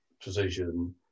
precision